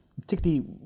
particularly